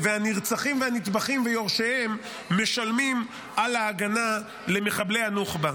והנרצחים והנטבחים ויורשיהם משלמים על ההגנה למחבלי הנוח'בה.